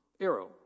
arrow